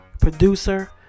producer